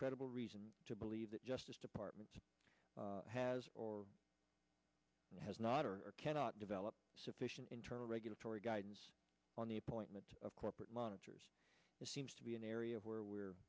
credible reason to believe that justice department has or has not or cannot develop sufficient internal regulatory guidance on the appointment of corporate monitors it seems to be an area where we're